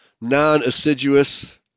non-assiduous